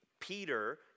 Peter